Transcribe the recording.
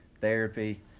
therapy